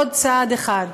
עוד צעד אחד.